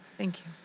thank you.